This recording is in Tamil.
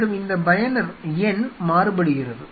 மற்றும் இந்த பயனர் n மாறுபடுகிறது